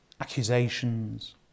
accusations